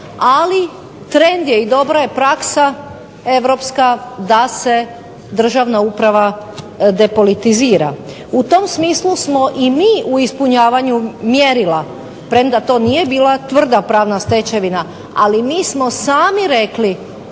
ali trend je i dobra je praksa Europska da se državna uprava depolitizira. U tom smislu smo i mi u ispunjavanju mjerila, premda to nije bila tvrda pravna stečevina ali mi smo sami rekli